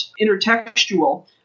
intertextual